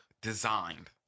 designed